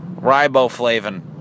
Riboflavin